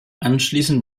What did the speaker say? anschließend